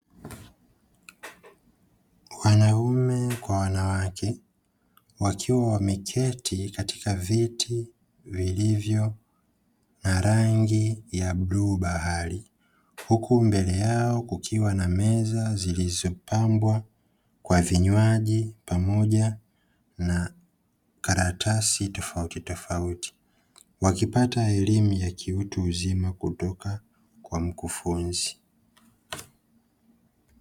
Wanaume kwa wanawake wakiwa wameketi katika viti vilivyo na rangi ya bluu bahari, huku mbele yao kukiwa na meza zilizopambwa kwa vinywaji, pamoja na karatasi tofautitofauti wakipata elimu ya kiutu uzima kutoka kwa mkufunzi.